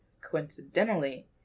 coincidentally